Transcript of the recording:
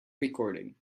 recording